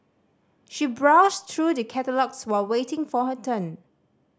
she browsed through the catalogues while waiting for her turn